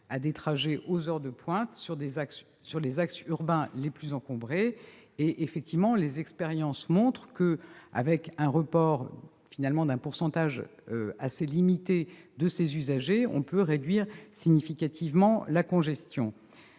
à des trajets aux heures de pointe sur les axes urbains les plus encombrés. Effectivement, l'expérience montre qu'avec un report d'une fraction finalement assez limitée de ces usagers, on peut réduire significativement la congestion.